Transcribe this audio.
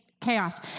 chaos